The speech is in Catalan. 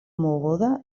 moguda